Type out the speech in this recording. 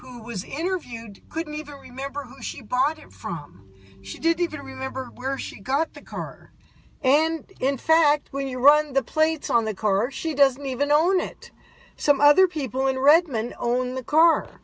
who was interviewed couldn't even remember who she bought it from she didn't even remember where she got the car and in fact when you run the plates on the chorus she doesn't even own it some other people in redmond o